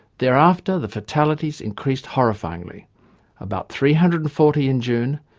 thereafter, the fatalities increased horrifyingly about three hundred and forty in june,